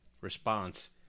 response